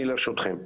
אני לרשותכם.